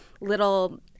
little